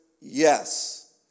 yes